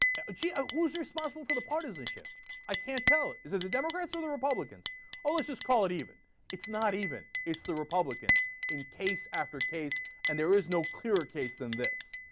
angie ah who's responsible for the partisanship i can tell is that the democrats and republicans always just call it even it's not even it's the republicans incase after case and there is no clearer case than this